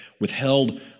withheld